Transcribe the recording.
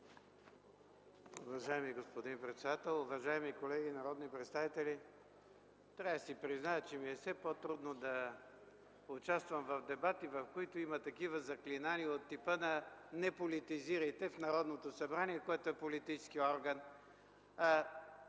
Уважаеми господин председател, уважаеми колеги народни представители! Трябва да си призная, че ми е все по-трудно да участвам в дебати, в които има такива заклинания от типа на „Не политизирайте!”, в Народното събрание, което е политически орган.